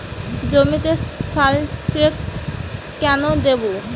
জমিতে সালফেক্স কেন দেবো?